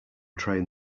train